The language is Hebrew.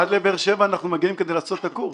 עד לבאר שבע אנחנו מגיעים כדי לעשות את הקורס,